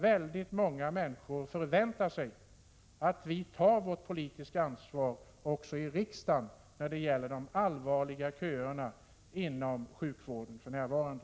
Väldigt många människor förväntar sig att vi tar vårt politiska ansvar också i riksdagen när det gäller de allvarliga köerna inom sjukvården för närvarande.